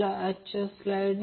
34 j XC ने गुणाकार करा